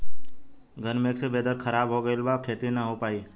घन मेघ से वेदर ख़राब हो गइल बा खेती न हो पाई